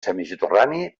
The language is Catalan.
semisoterrani